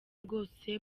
rwose